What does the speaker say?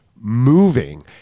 moving